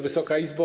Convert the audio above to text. Wysoka Izbo!